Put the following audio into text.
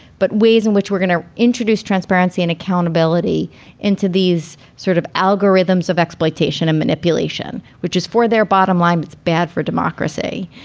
but ways in which we're gonna introduce transparency and accountability into these sort of algorithms of exploitation and manipulation, which is for their bottom line, it's bad for democracy.